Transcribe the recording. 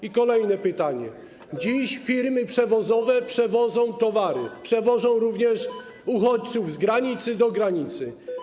I kolejne pytanie: Dziś firmy przewozowe przewożą towary, przewożą również uchodźców z granicy do granicy.